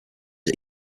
are